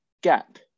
gap